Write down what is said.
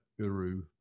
guru